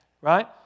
right